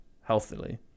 healthily